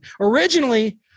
originally